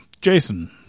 Jason